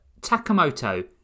Takamoto